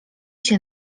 się